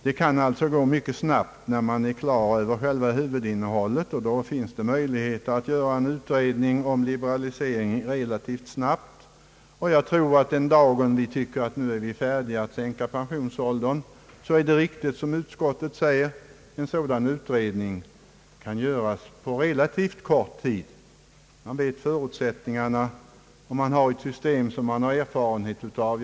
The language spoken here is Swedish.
Det kan således gå mycket snabbt när man är klar med huvudinnehållet. Det finns då möjlighet att få i gång en utredning om en liberalisering av pensionsreglerna relativt fort. Den dagen då vi anser att vi kan sänka pensionsåldern kan det, som utskottet framhåller, ske på relativt kort tid. Man vet förutsättningarna och har ett system som man har erfarenhet av.